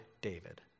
David